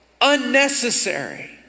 unnecessary